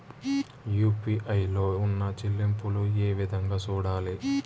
UPI లో ఉన్న చెల్లింపులు ఏ విధంగా సూడాలి